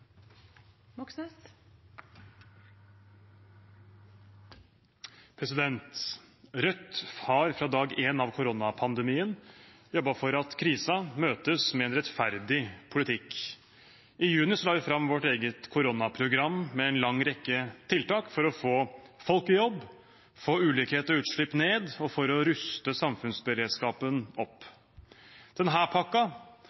juni la vi fram vårt eget koronaprogram, med en lang rekke tiltak for å få folk i jobb, få ulikhet og utslipp ned og for å ruste samfunnsberedskapen